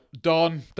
Don